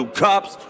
cops